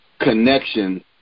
connection